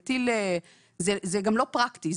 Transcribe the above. זה גם לא פרקטי.